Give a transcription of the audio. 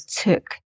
took